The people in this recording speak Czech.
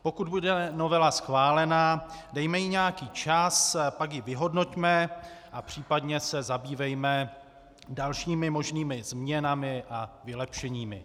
Pokud bude novela schválena, dejme jí nějaký čas, pak ji vyhodnoťme a případně se zabývejme dalšími možnými změnami a vylepšeními.